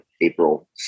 April